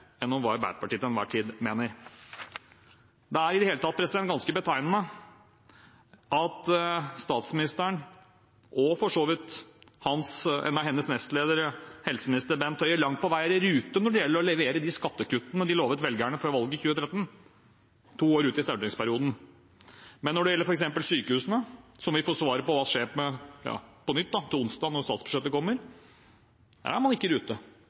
enn om hva Arbeiderpartiet til enhver tid mener. Det er i det hele tatt ganske betegnende at statsministeren og for så vidt en av hennes nestledere, helseminister Bent Høie, langt på vei er i rute når det gjelder å levere de skattekuttene de lovet velgerne før valget i 2013 – to år ut i stortingsperioden. Men når det gjelder f.eks. sykehusene, som vi får svaret på hva skjer med på nytt på onsdag, når statsbudsjettet kommer, er man ikke i rute.